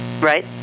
Right